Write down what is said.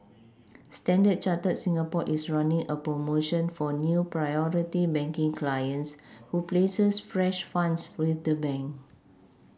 standard Chartered Singapore is running a promotion for new Priority banking clients who places fresh funds with the bank